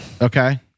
Okay